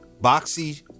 Boxy